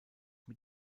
mit